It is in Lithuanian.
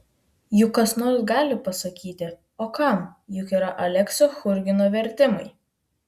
juk kas nors gali pasakyti o kam juk yra aleksio churgino vertimai